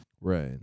Right